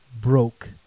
broke